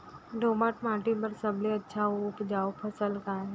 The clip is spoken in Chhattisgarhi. दोमट माटी बर सबले अच्छा अऊ उपजाऊ फसल का हे?